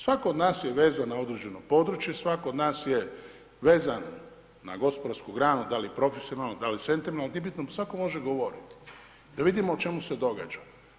Svako od nas je vezan na određeno područje, svako od nas je vezan na gospodarsku granu, da li profesionalno, da li sentimentalno, ali nije bitno svako može govorit, da vidimo o čemu se događa.